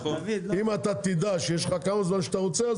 אם אתה תדע שיש לך כמה זמן שאתה רוצה אז